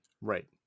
right